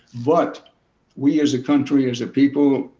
but we as a country, as a people,